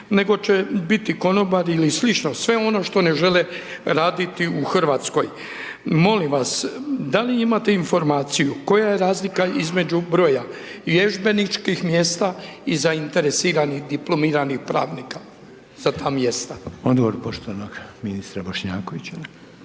nego će biti konobari ili slično, sve ono što ne žele raditi u Hrvatskoj. Molim vas da li imate informaciju koja je razlika između broja između vježbeničkih mjesta i zainteresiranih diplomiranih pravnika za ta mjesta? **Reiner, Željko (HDZ)** Odgovor poštovanog ministra Bošnjakovića.